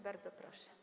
Bardzo proszę.